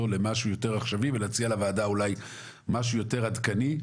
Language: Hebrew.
למשהו יותר עכשיו ולהציע לוועדה אולי משהו יותר עדכני,